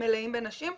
מלאים בנשים,